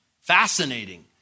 fascinating